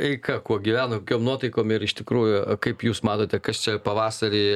eika kuo gyvena kokiom nuotaikom ir iš tikrųjų kaip jūs matote kas čia pavasarį